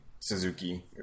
Suzuki